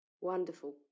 Wonderful